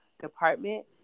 Department